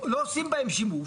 לא עושים בהן שימוש,